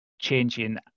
changing